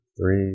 three